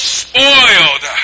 spoiled